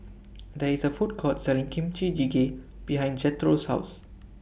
There IS A Food Court Selling Kimchi Jjigae behind Jethro's House